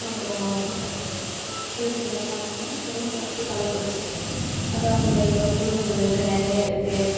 அப்புறோம் eight month ஆகும்ல Chinna Salem to Kallakurichi அதான் அங்கே இவ்வளோ குடும்பங்கள் இருக்கு நிறையா இருக்கு